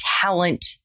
talent